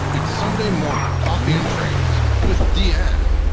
it's sunday morning coffee and trains with deann.